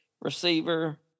receiver